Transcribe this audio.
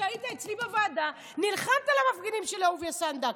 שכשהיית אצלי בוועדה נלחמת על המפגינים של אהוביה סנדק,